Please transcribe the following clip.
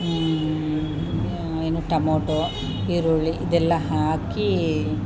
ಏನು ಟಮೋಟೊ ಈರುಳ್ಳಿ ಇದೆಲ್ಲ ಹಾಕಿ